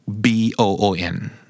B-O-O-N